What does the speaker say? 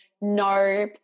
no